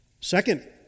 Second